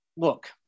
Look